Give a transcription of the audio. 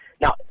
Now